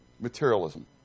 materialism